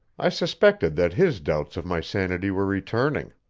i suspected that his doubts of my sanity were returning.